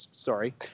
Sorry